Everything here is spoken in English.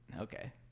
okay